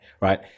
right